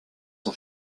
son